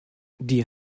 die